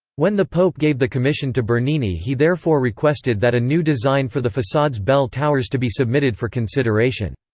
when the pope gave the commission to bernini he therefore requested that a new design for the facade's bell towers to be submitted for consideration.